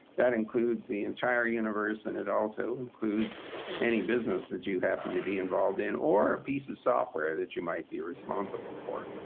that includes the entire universe, and it also includes any business that you happen to be involved in or a piece of software that you might be responsible for.